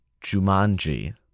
Jumanji